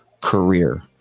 career